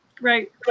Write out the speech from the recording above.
Right